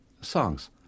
songs